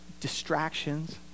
distractions